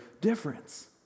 difference